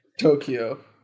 Tokyo